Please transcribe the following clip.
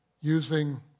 using